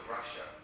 Russia